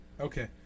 Okay